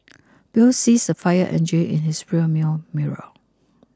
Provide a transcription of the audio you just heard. bill sees a fire engine in his rear view mirror